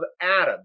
Adam